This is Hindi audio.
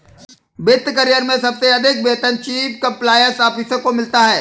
वित्त करियर में सबसे अधिक वेतन चीफ कंप्लायंस ऑफिसर को मिलता है